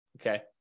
okay